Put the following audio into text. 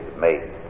made